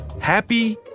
Happy